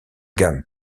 gammes